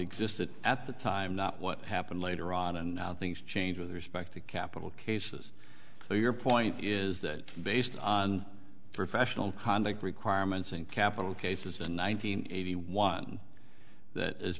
existed at the time not what happened later on and how things change with respect to capital cases so your point is that based on professional conduct requirements in capital cases the nine hundred eighty one that is